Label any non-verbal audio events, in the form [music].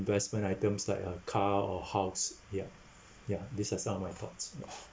investment items like a car or house ya [breath] ya these are some of my thoughts now